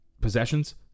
possessions